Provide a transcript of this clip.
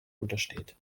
untersteht